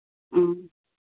ᱚ